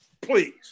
please